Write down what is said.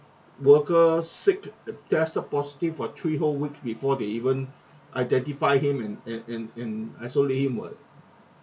worker sick tested positive for three whole week before they even identify him and and and and isolate him [what]